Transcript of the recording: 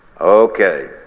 Okay